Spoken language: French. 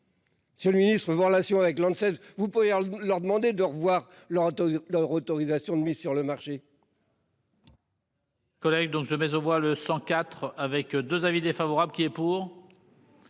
Selon le ministre, vos relations avec. Vous pouvez leur demander de revoir leur. Leur autorisation de mise sur le marché.